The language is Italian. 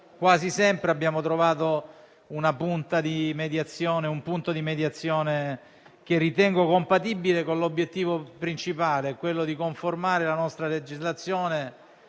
quasi sempre abbiamo trovato un punto di mediazione che ritengo compatibile con l'obiettivo principale, quello di conformare la nostra legislazione